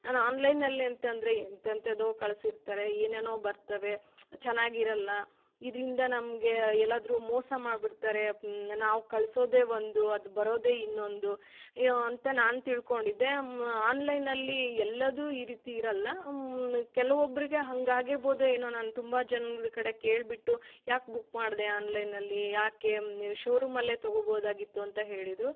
ನಾನು ಆನ್ಲೈನಲ್ಲಿ ಅಂತಂದರೆ ಎಂಥ ಎಂಥೆಂದೊ ಕಳಿಸಿರ್ತಾರೆ ಏನೇನೊ ಬರ್ತಾವೆ ಚೆನ್ನಾಗಿರಲ್ಲ ಇದರಿಂದ ನಮಗೆ ಎಲ್ಲಾದರು ಮೋಸ ಮಾಡಿಬಿಡ್ತಾರೆ ನಾವು ಕಳಿಸೋದೆ ಒಂದು ಅದು ಬರೋದೆ ಇನ್ನೊಂದು ಅಂತ ನಾನು ತಿಳಕೊಂಡಿದ್ದೆ ಆನ್ಲೈನಲ್ಲಿ ಎಲ್ಲದು ಈ ರೀತಿ ಇರಲ್ಲ ಕೆಲವೊಬ್ಬರಿಗೆ ಹಂಗೆ ಆಗಿರ್ಬೋದೊ ಏನೋ ನಾನು ತುಂಬ ಜನ್ರ ಕಡೆ ಕೇಳಿಬಿಟ್ಟು ಯಾಕೆ ಬುಕ್ ಮಾಡಿದೆ ಆನ್ಲೈನಲ್ಲಿ ಯಾಕೆ ನೀವು ಶೋರೂಮಲ್ಲೆ ತಗೊಬೋದಾಗಿತ್ತು ಅಂತ ಹೇಳಿದರು